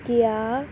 ਗਿਆ